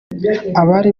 abari